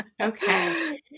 Okay